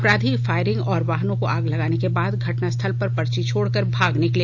अपराधी फायरिंग और वाहनों को आग लगाने के बाद घटनास्थल पर पर्ची छोड़कर भाग निकले